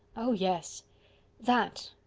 oh, yes that,